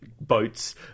Boats